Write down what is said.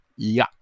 Yuck